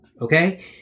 Okay